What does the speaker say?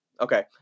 Okay